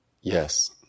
yes